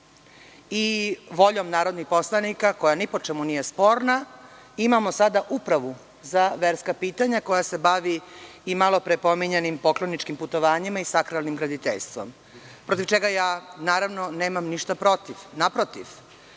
Voljom narodnih poslanika, koja ni po čemu nije sporna, imamo sada upravu za verska pitanja koja se bavi malopre pominjanim pokloničkim putovanjima i sakralnim graditeljstvom, protiv čega ja, naravno, nemam ništa protiv. Naprotiv,